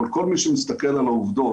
אבל כל מי שמסתכלת על העובדות,